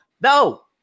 No